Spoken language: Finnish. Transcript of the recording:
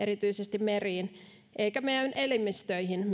erityisesti meriin eikä myöskään meidän elimistöihimme